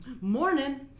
Morning